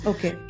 Okay